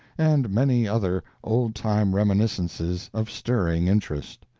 and many other old-time reminiscences of stirring interest.